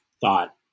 thought